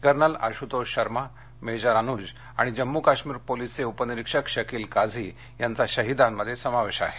colonel Ashutosh Sharma major Anuj आणि जम्मू काश्मीर पोलिसचे उप निरीक्षक शकील काझी यांचा शहीदांमध्ये समावेश आहे